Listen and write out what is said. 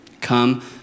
come